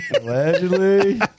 Allegedly